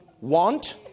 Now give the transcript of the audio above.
want